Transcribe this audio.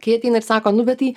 kai ateina ir sako nu bet tai